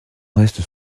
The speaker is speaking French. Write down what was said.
restes